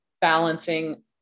balancing